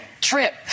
trip